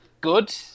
good